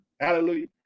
Hallelujah